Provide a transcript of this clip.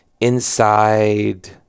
inside